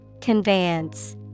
Conveyance